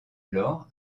alors